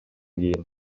кийин